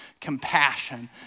Compassion